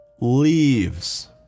Leaves